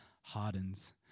hardens